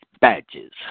badges